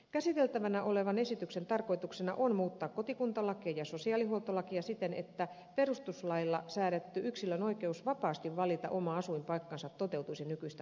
käsiteltävänä olevan esityksen tarkoituksena on muuttaa kotikuntalakia ja sosiaalihuoltolakia siten että perustuslailla säädetty yksilön oikeus vapaasti valita oma asuinpaikkansa toteutuisi nykyistä paremmin